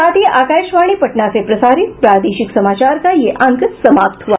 इसके साथ ही आकाशवाणी पटना से प्रसारित प्रादेशिक समाचार का ये अंक समाप्त हुआ